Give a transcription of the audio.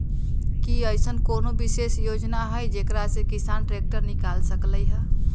कि अईसन कोनो विशेष योजना हई जेकरा से किसान ट्रैक्टर निकाल सकलई ह?